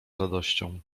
radością